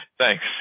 Thanks